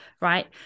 right